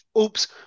oops